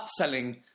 upselling